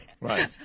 Right